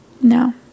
No